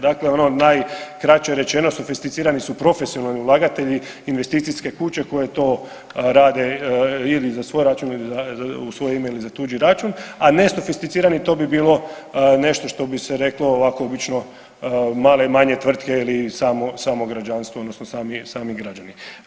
Dakle, ono najkraće rečeno sofisticirani su profesionalni ulagatelji, investicijske kuće koje to rade ili za svoj račun ili u svoje ime za tuđi račun, a nesofisticirani to bi bilo nešto što bi se reklo ovako obično male, manje tvrtke ili samo građanstvo odnosno sami građani.